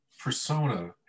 persona